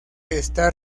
está